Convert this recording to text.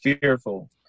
fearful